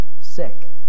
sick